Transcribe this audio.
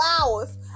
hours